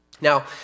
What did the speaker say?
Now